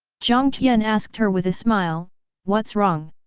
jiang tian asked her with a smile what's wrong?